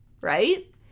right